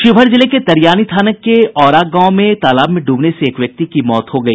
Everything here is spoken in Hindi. शिवहर जिले के तरियानी थाने के औरा गांव में तालाब में डूबने से एक व्यक्ति की मौत हो गई